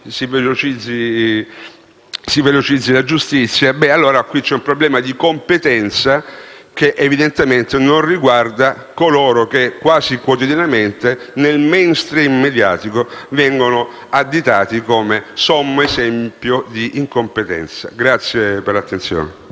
si velocizzasse la giustizia, allora vi è un problema di competenza, che evidentemente non riguarda coloro che, quasi quotidianamente, nel *mainstream* mediatico, vengono additati come sommo esempio di incompetenza. *(Applausi